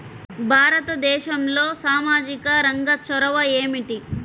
భారతదేశంలో సామాజిక రంగ చొరవ ఏమిటి?